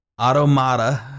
Automata